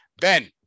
Ben